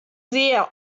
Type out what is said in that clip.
sehr